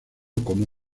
como